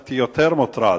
נעשיתי יותר מוטרד.